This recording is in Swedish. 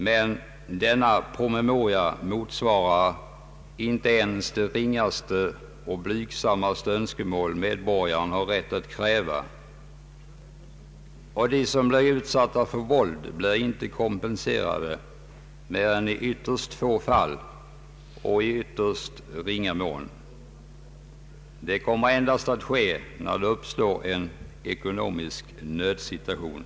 Men denna promemoria tillgodoser inte ens de ringaste och blygsammaste önskemål som medborgaren har rätt att framställa. De som blir utsatta för våld blir inte kompenserade mer än i ytterst få fall och i ytterst ringa mån. Ersättning utgår endast när det uppstår en ekonomisk nödsituation.